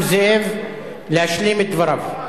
נא לא לנהל דו-שיח.